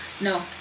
No